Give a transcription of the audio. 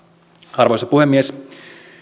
arvoisa puhemies